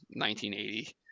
1980